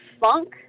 funk